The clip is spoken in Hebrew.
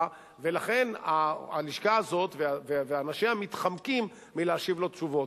ולכן הלשכה הזאת ואנשיה מתחמקים מלהשיב לו תשובות.